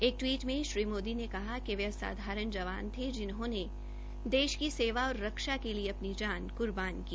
एक टवीट में श्री मोदी ने कहा कि वे असाधारण जवान थे जिन्होंने देश की सेवा और रक्षा के लिए अपनी जान क्र्बान की